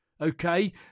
Okay